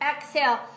Exhale